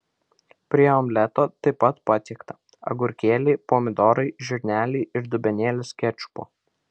prie omleto taip pat patiekta agurkėliai pomidorai žirneliai ir dubenėlis kečupo